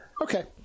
Okay